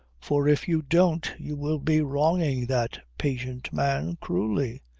for if you don't you will be wronging that patient man cruelly.